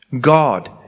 God